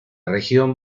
región